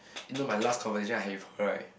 you know my last conversation I have with her right